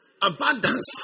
Abundance